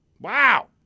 Wow